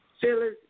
Phyllis